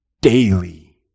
daily